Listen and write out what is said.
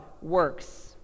works